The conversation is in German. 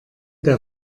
der